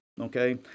okay